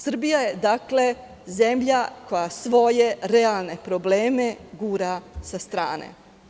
Srbija je zemlja koja svoje realne probleme gura sa strane.